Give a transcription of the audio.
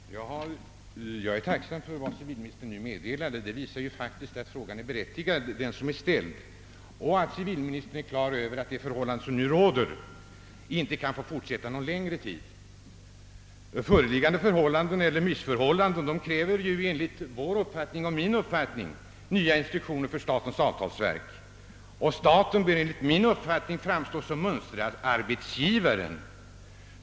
Herr talman! Jag är tacksam för vad civilministern nu meddelade. Det understryker ytterligare att den fråga jag ställde är berättigad och att civilministern är klar över att de förhållanden som nu råder inte kan få fortsätta länge till. De rådande förhållandena eller rättare sagt missförhållandena kräver enligt min uppfattning nya instruktioner för statens avtalsverk. Staten bör enligt min uppfattning framstå som mönsterarbetsgivare.